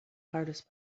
hardest